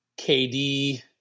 KD